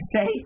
say